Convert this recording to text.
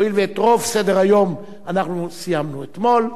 הואיל ואת רוב סדר-היום סיימנו אתמול,